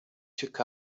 took